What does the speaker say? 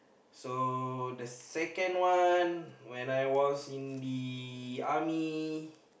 so the second one when I was in the army